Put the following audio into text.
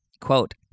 Quote